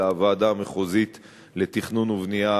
אלא הוועדה המחוזית לתכנון ובנייה,